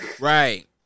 Right